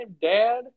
Dad